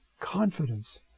confidence